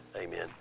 amen